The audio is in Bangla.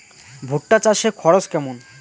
ভুট্টা চাষে খরচ কেমন?